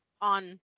on